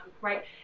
right